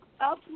up